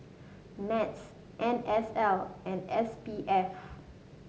NETS N S L and S P F